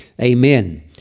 Amen